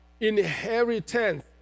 inheritance